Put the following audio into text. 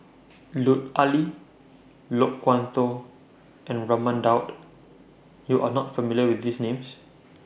Lut Ali Loke Wan Tho and Raman Daud YOU Are not familiar with These Names